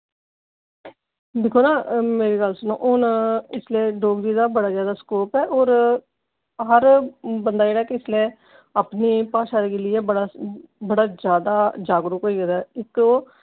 दिक्खो ना मेरी गल्ल सुनो इसलै हून डोगरी दा बड़ा जैदा स्कोप ऐ और हर बंदा जेह्ड़ा कि इसलै अपनी भाशा गी लेइयै बड़ा जैदा जागरूक होई गेदा इक ते ओह् और